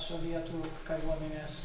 sovietų kariuomenės